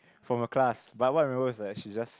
from her class but what I remember was that she just